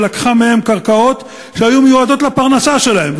שלקחה מהם קרקעות שהיו מיועדות לפרנסה שלהם,